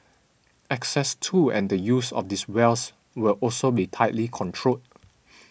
access to and the use of these wells will also be tightly controlled